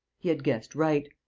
he had guessed right.